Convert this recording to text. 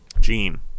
Gene